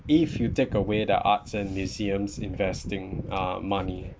if you take away the arts and museums investing uh money